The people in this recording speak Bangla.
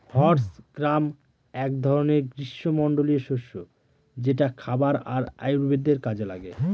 হর্স গ্রাম এক ধরনের গ্রীস্মমন্ডলীয় শস্য যেটা খাবার আর আয়ুর্বেদের কাজে লাগে